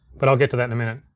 but i'll get to that in a minute.